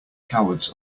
cowards